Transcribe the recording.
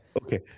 Okay